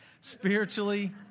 spiritually